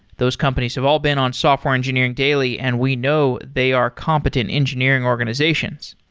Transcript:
those companies have all been on software engineering daily and we know they are competent engineering organizations.